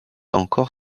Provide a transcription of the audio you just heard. encore